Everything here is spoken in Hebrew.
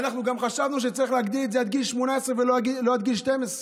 אנחנו גם חשבנו שצריך להגדיל את זה עד גיל 18 ולא עד גיל 12,